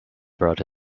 brought